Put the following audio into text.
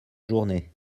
journée